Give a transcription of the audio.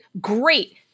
great